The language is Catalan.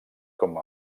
com